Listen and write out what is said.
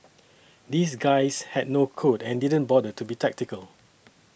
these guys had no code and didn't bother to be tactical